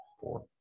four